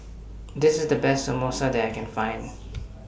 This IS The Best Samosa that I Can Find